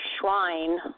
shrine